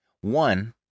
One